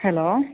hello